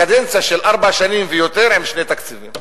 קדנציה של ארבע שנים ויותר עם שני תקציבים.